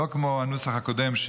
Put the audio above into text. לא כמו הנוסח הקודם,